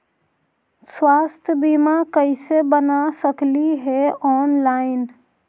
स्वास्थ्य बीमा कैसे बना सकली हे ऑनलाइन?